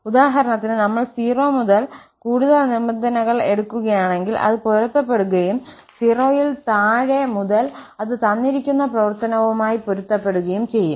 ഉദാഹരണത്തിന് നമ്മൾ 0 മുതൽ കൂടുതൽ നിബന്ധനകൾ എടുക്കുകയാണെങ്കിൽ അത് പൊരുത്തപ്പെടുകയും 0 ൽ താഴെ മുതൽ അത് തന്നിരിക്കുന്ന പ്രവർത്തനവുമായി പൊരുത്തപ്പെടുകയും ചെയ്യും